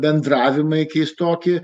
bendravimai keistoki